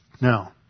Now